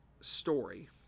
story